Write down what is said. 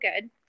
good